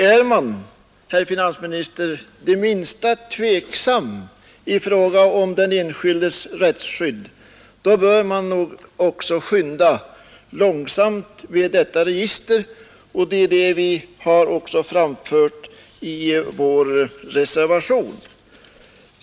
Är man, herr finansminister, det minsta tveksam i fråga om den enskildes rättsskydd som vi är bör man också skynda långsamt med detta register. Det är det som vi också föreslagit i vår reservation.